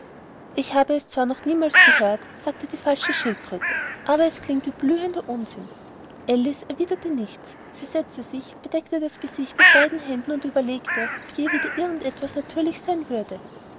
ich habe es zwar noch niemals gehört sagte die falsche schildkröte aber es klingt wie blühender unsinn alice erwiederte nichts sie setzte sich bedeckte das gesicht mit beiden händen und überlegte ob wohl je wieder irgend etwas natürlich sein würde